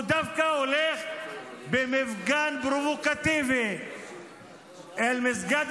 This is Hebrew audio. הוא דווקא הולך במפגן פרובוקטיבי אל מסגד